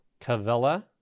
Cavella